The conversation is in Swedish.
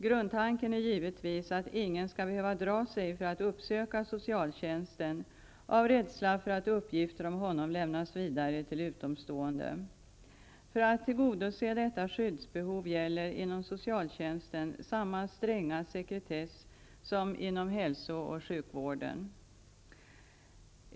Grundtanken är givetvis att ingen skall behöva dra sig för att söka upp socialtjänsten av rädsla att uppgifter om honom lämnas vidare till utomstående. För att tillgodose detta skyddsbehov gäller inom socialtjänsten samma stränga sekretess som inom hälso och sjukvården.